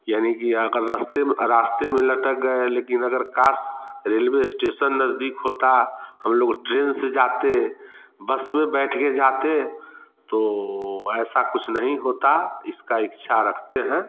यानी कि अगर रस्ते में रास्ते में लटक गए लेकिन अगर काश रेलवे स्टेसन नजदीक होता हम लोग ट्रेन से जाते बस में बैठ के जाते तो ऐसा कुछ नहीं होता इसका इच्छा रखते हैं